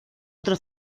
otro